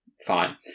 Fine